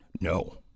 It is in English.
No